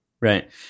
right